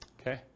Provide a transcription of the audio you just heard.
okay